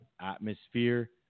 atmosphere